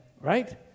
right